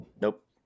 Nope